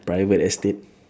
private estate